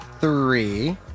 Three